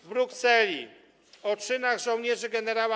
W Brukseli o czynach żołnierzy gen.